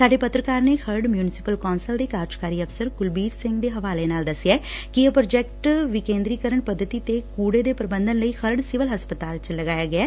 ਸਾਡੇ ਪੱਤਰਕਾਰ ਨੇ ਖਰੜ ਮਿਊਂਸਪਲ ਕੌਂਸਲ ਦੇ ਕਾਰਜਕਾਰੀ ਅਫਸਰ ਕੁਲਬੀਰ ਸਿੰਘ ਦੇ ਹਵਾਲੇ ਨਾਲ ਦਸਿਆ ਕਿ ਇਹ ਪ੍ਰੋਜੈਕਟ ਵਿਕੇਦਰੀਕਰਨ ਪੱਦਤੀ ਤੇ ਕੂੜੇ ਦੇ ਪ੍ਰਬੰਧ ਲਈ ਖਰੜ ਸਿਵਲ ਹਸਪਤਾਲ ਚ ਲਗਾਇਆ ਗਿਐ